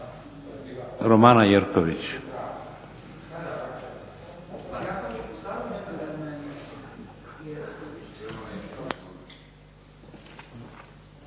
Romana Jerković.